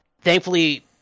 Thankfully